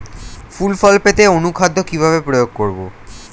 ফুল ফল পেতে অনুখাদ্য কিভাবে প্রয়োগ করব?